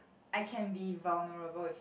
I can be vulnerable if